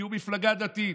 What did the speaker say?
כי הוא מפלגה דתית,